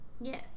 Yes